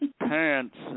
pants